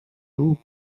eaux